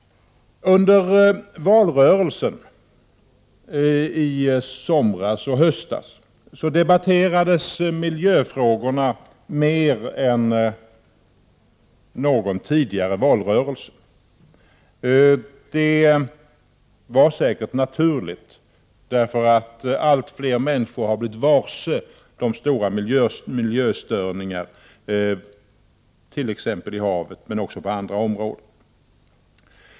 Under valrörelsen i somras och i höstas debatterades miljöfrågorna mer än under någon tidigare valrörelse. Det var säkert naturligt, för allt fler människor har blivit varse de stora miljöstörningarna, t.ex. i havet, men också på andra områden.